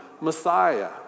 Messiah